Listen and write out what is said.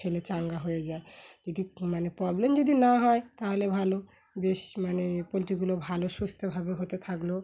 খেলে চাঙ্গা হয়ে যায় যদি মানে প্রবলেম যদি না হয় তাহলে ভালো বেশ মানে পোলট্রিগুলো ভালো সুস্থভাবে হতে থাকলো